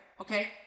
okay